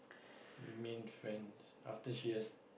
remain friends after she has